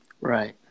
Right